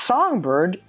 Songbird